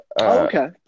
okay